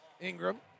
Ingram